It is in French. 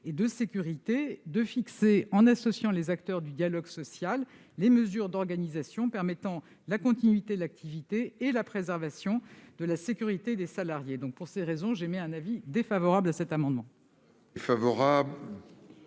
et de sécurité, de fixer, en associant les acteurs du dialogue social, les mesures d'organisation permettant de garantir la continuité de l'activité et la préservation de la sécurité des salariés. Pour toutes ces raisons, le Gouvernement a émis un avis défavorable sur cet amendement.